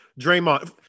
Draymond